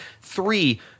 three